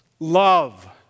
Love